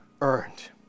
earned